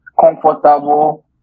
comfortable